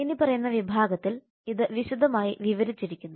ഇനിപ്പറയുന്ന വിഭാഗത്തിൽ ഇത് വിശദമായി വിവരിച്ചിരിക്കുന്നു